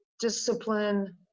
discipline